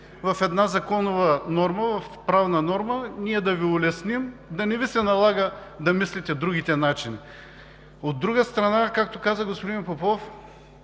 в една законова норма, в правна норма и ние да Ви улесним и да не Ви се налага да мислите за други начини. От друга страна, както каза господин Попов,